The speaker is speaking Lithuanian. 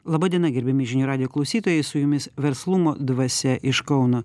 laba diena gerbiami žinių radijo klausytojai su jumis verslumo dvasia iš kauno